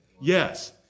Yes